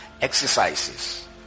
exercises